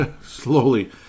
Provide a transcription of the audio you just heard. slowly